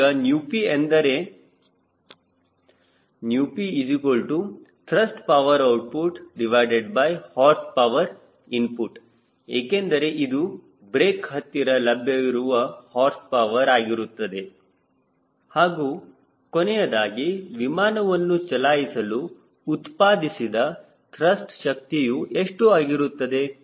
ಈಗ ηp ಏನೆಂದರೆ pThrust power outputHorse power input ಏಕೆಂದರೆ ಇದು ಬ್ರೇಕ್ ಹತ್ತಿರ ಲಭ್ಯವಿರುವ ಹಾರ್ಸ್ ಪವರ್ ಆಗಿರುತ್ತದೆ ಹಾಗೂ ಕೊನೆದಾಗಿ ವಿಮಾನವನ್ನು ಚಲಾಯಿಸಲು ಉತ್ಪಾದಿಸಿದ ತ್ರಸ್ಟ್ ಶಕ್ತಿಯು ಎಷ್ಟು ಆಗಿರುತ್ತದೆ